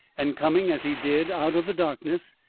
and coming as he did out of the darkness,